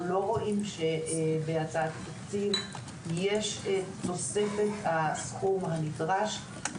לא רואים שבהצעת התקציב, יש את תוספת הסכום שנדרש.